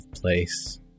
place